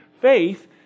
faith